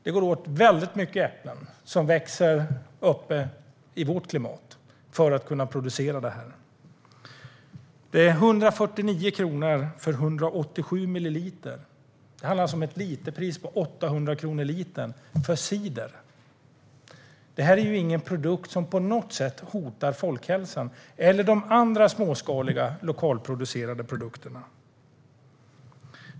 Det går åt väldigt mycket äpplen som växer uppe i vårt klimat för att kunna producera det. Priset är 149 kronor för 187 milliliter. Det handlar alltså om ett literpris på 800 kronor litern för cider. Det är inte en produkt som på något sätt hotar folkhälsan. Detsamma gäller de andra småskaliga lokalproducerade produkterna.